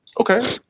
Okay